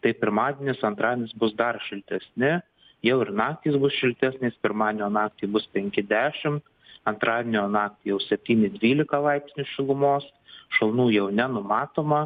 tai pirmadienis antradienis bus dar šiltesni jau ir naktys bus šiltesnės pirmadienio naktį bus penki dešimt antradienio naktį jau septyni trylika laipsnių šilumos šalnų jau nenumatoma